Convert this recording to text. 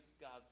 God's